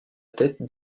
tête